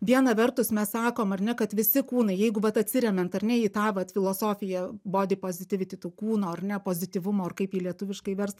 viena vertus mes sakom ar ne kad visi kūnai jeigu vat atsiremiant ar ne į tą vat filosofiją bodi pozitiviti tų kūno ar ne pozityvumo ir kaip jį lietuviškai verst